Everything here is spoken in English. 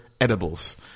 edibles